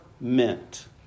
meant